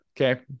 okay